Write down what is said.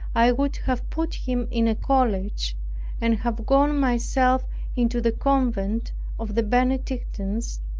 i would have put him in a college and have gone myself into the convent of the benedictines,